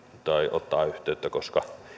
ottaa yhteyttä koska